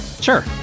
sure